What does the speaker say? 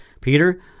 Peter